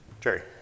Jerry